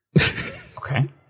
Okay